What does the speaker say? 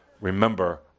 remember